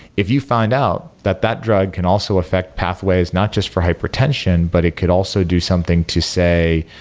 if you find out that that drug can also affect pathways not just for hypertension, but it could also do something to, say,